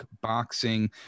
Boxing